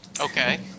Okay